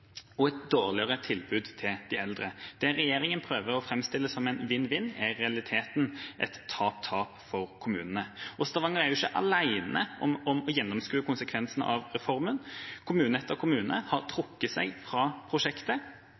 og et dårligere tilbud til de eldre. Det regjeringa prøver å framstille som vinn-vinn, er i realiteten tap-tap for kommunene. Stavanger er ikke alene om å gjennomskue konsekvensene av reformen. Kommune etter kommune har trukket seg fra prosjektet.